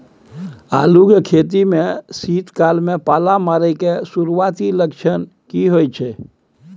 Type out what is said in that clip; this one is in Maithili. आलू के खेती में शीत काल में पाला मारै के सुरूआती लक्षण केना होय छै?